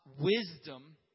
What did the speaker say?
wisdom